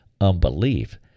unbelief